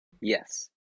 Yes